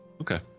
Okay